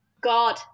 God